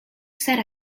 set